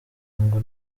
ngo